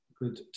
Good